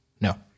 no